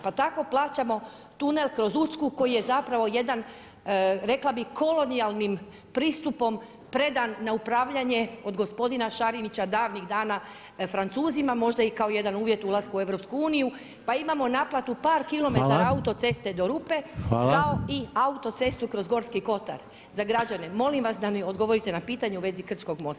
Pa tako plaćamo tunel kroz Učku, koji je zapravo, jedan, rekla bi kolonijalnim pristupom predan na upravljanje od gospodina Šarinića davnih dana Francuzima, možda kao i jedan uvjet ulaska u EU, pa imamo naplatu par kilometara autoceste do rupe, kao i autocestu kroz Gorski Kotar, za građane, molim vas da mi odgovorite na pitanje u vezi Krčkog mosta.